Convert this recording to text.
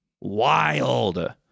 wild